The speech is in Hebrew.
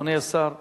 אדוני השר ישיב.